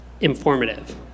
informative